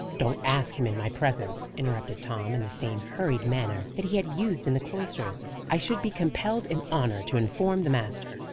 don't ask him in my presence, interrupted tom in the same hurried manner that he had used in the cloisters. i should be compelled in honour to inform the master,